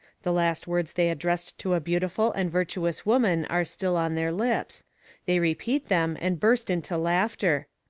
the last words they addressed to a beautiful and virtuous woman are still on their lips they repeat them and burst into laughter.